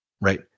right